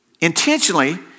intentionally